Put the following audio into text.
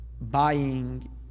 buying